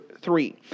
three